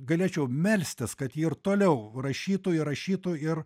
galėčiau melstis kad ji ir toliau rašytų ir rašytų ir